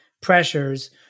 pressures